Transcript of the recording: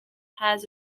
has